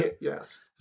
Yes